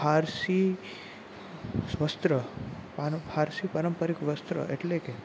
ફારસી વસ્ત્ર ફારસી પારંપરિક વસ્ત્ર એટલે કે